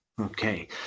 Okay